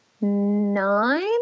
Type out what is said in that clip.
nine